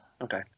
Okay